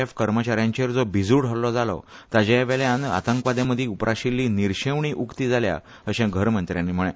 एफ कर्मचारयांचेर जो भिजुड हल्लो जालो ताचे वेल्यान आतंकवाद्या मदी उप्राशिल्ली निरशेवणी उक्ती जाल्या असे घरमंत्रयांनी म्हळे